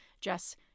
jess